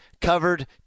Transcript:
covered